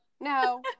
no